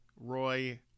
Roy